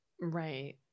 Right